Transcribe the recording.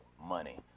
money